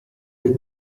che